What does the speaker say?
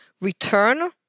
return